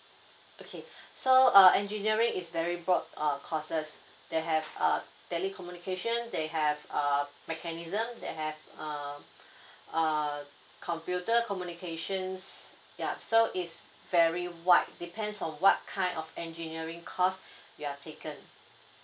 okay so err engineering is very broad err courses they have err telecommunication they have err mechanical they have err err computer communications yup so it's very wide depends on what kind of engineering course you are taken